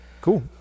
cool